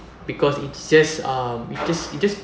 because it's just uh it's just it's just